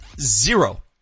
zero